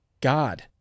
God